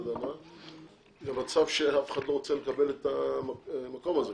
למצב שאף אחד לא רוצה לקבל את המקום הזה,